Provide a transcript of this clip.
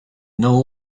know